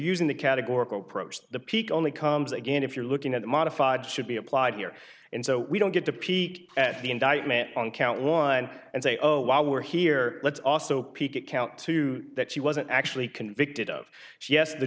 using the categorical approach the peak only comes again if you're looking at modified should be applied here and so we don't get to peek at the indictment on count one and say oh while we're here let's also peek at count two that she wasn't actually convicted of yes the